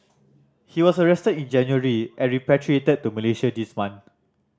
he was arrested in January and repatriated to Malaysia this month